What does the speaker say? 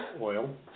OIL